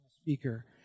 speaker